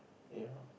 ya